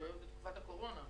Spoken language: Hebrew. בתקופת הקורונה.